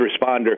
responder